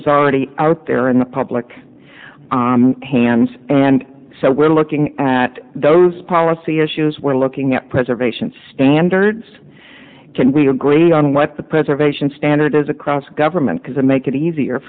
was already out there in the public hands and so we're looking at those policy issues we're looking at preservation standards can we agree on what the preservation standard is across government because it make it easier